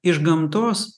iš gamtos